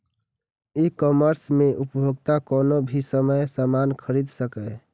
ई commerce मे उपभोक्ता कोनो भी समय सामान खरीद सकैए